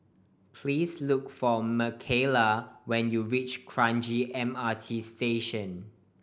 please look for Mckayla when you reach Kranji M R T Station